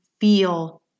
feel